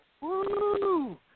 Woo